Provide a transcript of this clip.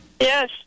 Yes